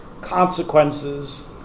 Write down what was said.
consequences